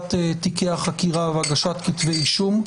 פתיחת תיקי החקירה והגשת כתבי אישום.